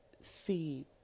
see